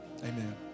Amen